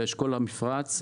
באשכול המפרץ,